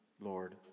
Lord